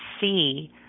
see